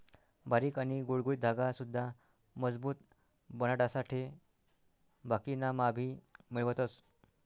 बारीक आणि गुळगुळीत धागा सुद्धा मजबूत बनाडासाठे बाकिना मा भी मिळवतस